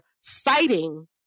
citing